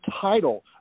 title